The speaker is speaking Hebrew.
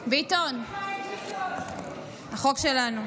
ביטון, החוק שלנו.